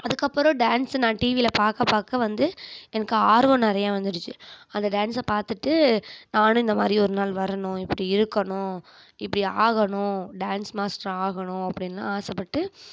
அதுக்கப்பறம் டான்ஸு நான் டிவியில் பார்க்கப் பார்க்க வந்து எனக்கு ஆர்வம் நிறையா வந்துடுச்சு அந்த டான்ஸை பார்த்துட்டு நான் இந்தமாதிரி ஒரு நாள் வரணும் இப்படி இருக்கணும் இப்படி ஆகணும் டான்ஸ் மாஸ்டர் ஆகணும் அப்படின்லாம் ஆசைப்பட்டு